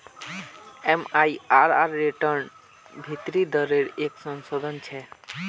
MIRR रिटर्नेर भीतरी दरेर एक संशोधन छे